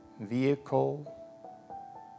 vehicle